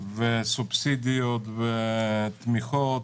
סובסידיות ותמיכות: